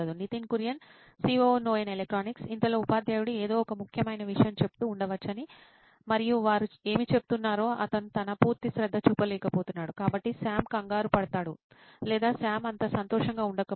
Nitin Kurian COO నోయిన్ electronics ఇంతలో ఉపాధ్యాయుడు ఏదో ఒక ముఖ్యమైన విషయం చెప్తూ ఉండవచ్చు మరియు వారు ఏమి చెబుతున్నారో అతను తన పూర్తి శ్రద్ధ చూపలేకపోతున్నాడు కాబట్టి సామ్ కంగారు పడతాడు లేదా సామ్ అంత సంతోషంగా ఉండకపోవచ్చు